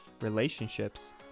relationships